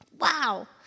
Wow